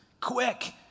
Quick